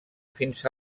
fins